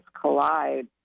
collide